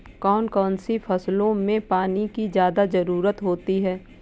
कौन कौन सी फसलों में पानी की ज्यादा ज़रुरत होती है?